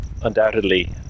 undoubtedly